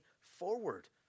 forward